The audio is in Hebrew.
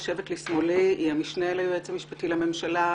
אבל היועץ המשפטי לממשלה